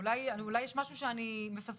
אולי יש משהו שאני מפספסת,